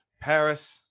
Paris